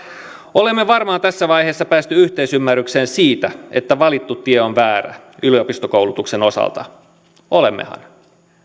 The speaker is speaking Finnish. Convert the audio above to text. olemme varmaan tässä vaiheessa päässeet yhteisymmärrykseen siitä että valittu tie on väärä yliopistokoulutuksen osalta olemmehan